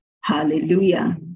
Hallelujah